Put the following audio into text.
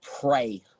pray